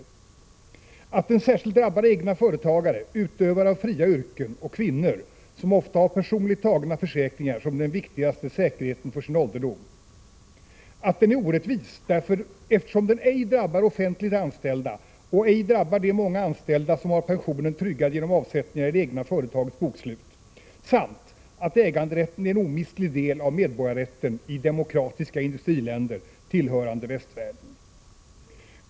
— 95 att den särskilt drabbar egna företagare, utövare av fria yrken och kvinnor, som ofta har personligt tagna försäkringar som den viktigaste säkerheten för sin ålderdom, att den är orättvis, eftersom den ej drabbar offentligt anställda och ej drabbar de många anställda som har pensionen tryggad genom avsättningar i det egna företagets bokslut samt att äganderätten är en omistlig del av 'medborgarrätten i demokratiska industriländer tillhörande västvärlden.